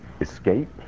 escape